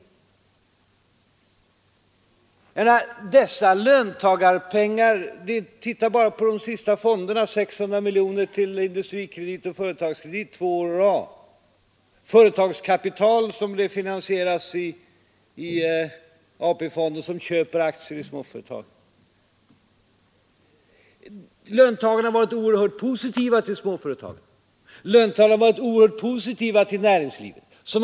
Löntagarna har varit oerhört positiva till småföretagen och näringslivet, som har fått väldiga belopp av löntagarpengar ur AP-fonderna — titta bara på de senaste fonderna, 600 miljoner till Industrikredit och Företagskredit två år i rad, företagskapital som finansieras i AP-fonderna som köper aktier i små företag. Man kommer att få fortsätta att göra dessa insatser.